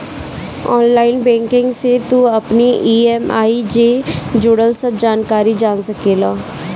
online banking से तू अपनी इ.एम.आई जे जुड़ल सब जानकारी जान सकेला